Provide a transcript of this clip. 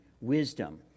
wisdom